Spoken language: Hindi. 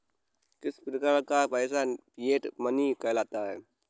किस प्रकार का पैसा फिएट मनी कहलाता है?